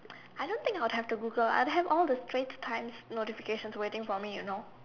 I don't think I'll have to Google I have all the Straits times notification waiting for me you know